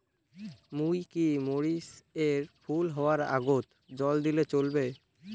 মুই কি মরিচ এর ফুল হাওয়ার আগত জল দিলে চলবে?